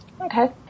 Okay